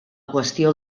qüestió